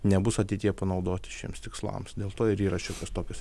nebus ateityje panaudoti šiems tikslams dėl to ir yra šiokios tokios